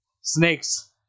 snakes